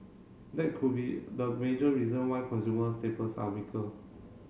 that could be the major reason why consumer staples are weaker